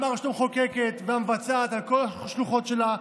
גם הרשות המחוקקת והמבצעת על כל השלוחות שלה,